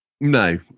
No